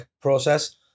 process